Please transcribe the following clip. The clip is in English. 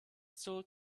still